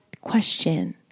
question